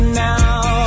now